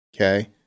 Okay